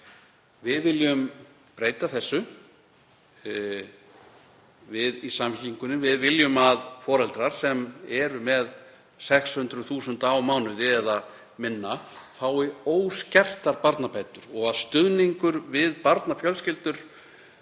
viljum breyta því. Við viljum að foreldrar sem eru með 600.000 á mánuði eða minna fái óskertar barnabætur og að stuðningur við barnafjölskyldur